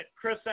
Chris